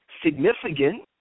significant